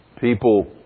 People